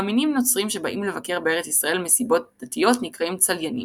מאמינים נוצרים שבאים לבקר בארץ ישראל מסיבות דתיות נקראים צליינים.